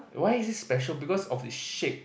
why is it special because of the shape